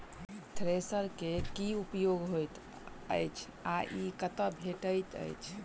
Thresher केँ की उपयोग होइत अछि आ ई कतह भेटइत अछि?